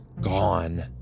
gone